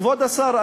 כבוד השר,